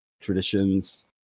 traditions